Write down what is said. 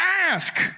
ask